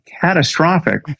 catastrophic